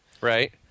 right